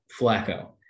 Flacco